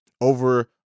over